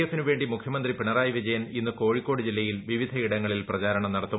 എഫിനു വേണ്ടി മുഖ്യമന്ത്രി പിണറായി വിജയൻ ഇന്ന് കോഴിക്കോട് ജില്ലയിൽ വിവിധയിടങ്ങളിൽ വേണ്ടി പ്രചാരണം നടത്തും